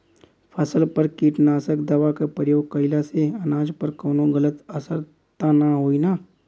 फसल पर कीटनाशक दवा क प्रयोग कइला से अनाज पर कवनो गलत असर त ना होई न?